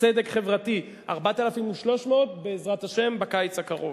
צדק חברתי, 4,300 שקל בעזרת השם בקיץ הקרוב,